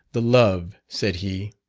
the love said he,